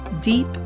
deep